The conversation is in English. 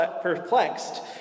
perplexed